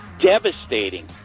devastating